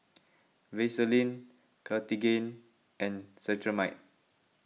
Vaselin Cartigain and Cetrimide